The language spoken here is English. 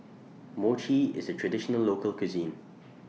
Mochi IS A Traditional Local Cuisine